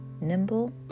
nimble